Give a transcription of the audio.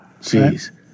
Jeez